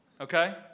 Okay